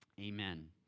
amen